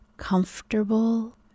comfortable